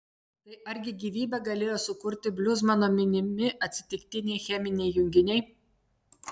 tai argi gyvybę galėjo sukurti bluzmano minimi atsitiktiniai cheminiai junginiai